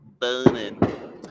burning